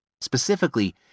Specifically